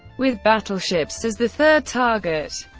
with battleships as the third target.